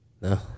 no